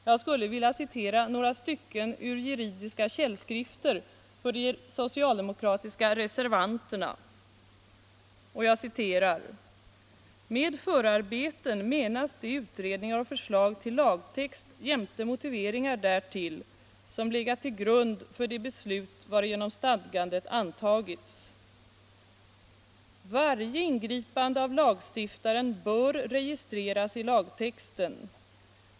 Jag skulle vilja citera ”Med förarbeten menas de utredningar och förslag till lagtext jämte motiveringar därtill, som legat till grund för det beslut varigenom stadgandet antagits.” —-—--”—-- varje ingripande av lagstiftaren bör registreras i lagtexten.